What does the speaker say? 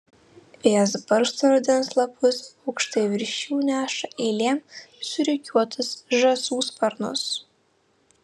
vėjas barsto rudens lapus aukštai virš jų neša eilėm surikiuotus žąsų sparnus